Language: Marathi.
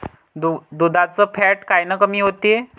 दुधाचं फॅट कायनं कमी होते?